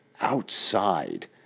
outside